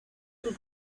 del